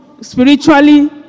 spiritually